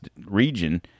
region